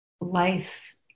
life